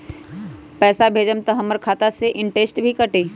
पैसा भेजम त हमर खाता से इनटेशट भी कटी?